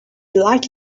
like